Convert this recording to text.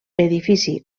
edifici